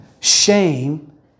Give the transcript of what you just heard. Shame